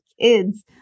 kids